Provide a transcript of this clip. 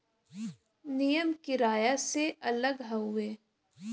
नियम किराया से अलग हउवे